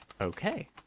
Okay